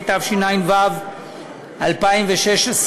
התשע"ו 2016,